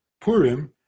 Purim